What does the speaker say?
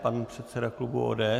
Pan předseda klubu ODS.